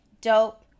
dope